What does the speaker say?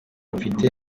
mfite